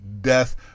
death